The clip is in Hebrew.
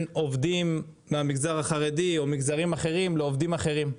עובדים מהמגזר החרדי או מגזרים אחרים לעובדים אחרים.